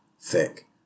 thick